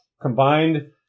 combined